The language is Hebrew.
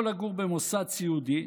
או לגור במוסד סיעודי,